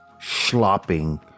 slopping